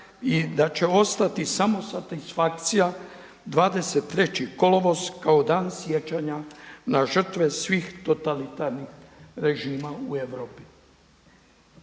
i da će ostati samo satisfakcija 23. kolovoz kao Dan sjećanja na žrtve svih totalitarnih režima u Europi.